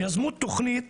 יזמו תכנית